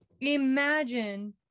Imagine